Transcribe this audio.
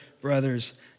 brothers